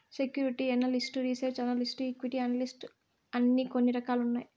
security analyst research analyst equity analyst అని కొన్ని రకాలు ఉన్నాయి